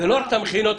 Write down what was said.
לא רק את המכינות,